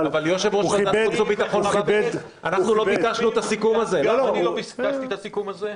אבל הוא כיבד --- אני לא ביקשתי את הסיכום הזה.